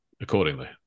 accordingly